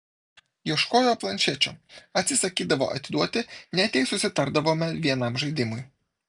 ieškojo planšečių atsisakydavo atiduoti net jei susitardavome vienam žaidimui